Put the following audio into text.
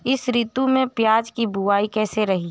इस ऋतु में प्याज की बुआई कैसी रही है?